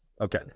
Okay